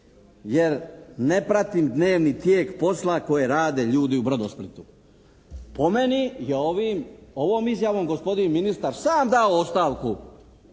jer ne pratim dnevni tijek posla koji rade ljudi u Brodosplitu. Po meni je ovom izjavom gospodin ministar sam dao ostavku